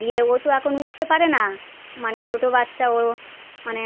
দিয়ে ও তো এখন উঠতে পারে না মানে ছোটো বাচ্চা ও মানে